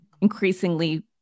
increasingly